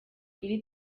iri